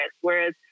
whereas